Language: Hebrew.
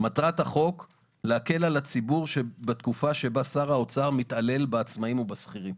מטרת החוק להקל על הציבור בתקופה שבה שר האוצר מתעלל בעצמאים ובשכירים.